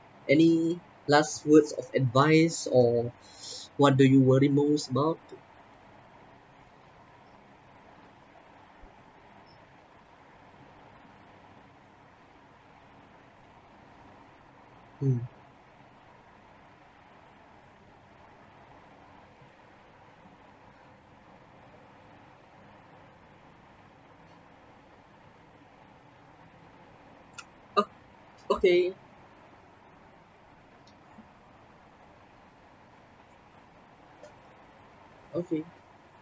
any last words of advice or what do you worry most about mm o~ okay okay